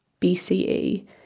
bce